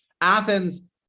Athens